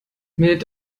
mit